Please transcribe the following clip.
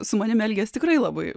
su manimi elgėsi tikrai labai